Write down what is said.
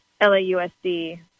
LAUSD